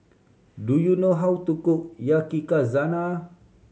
do you know how to cook Yakizakana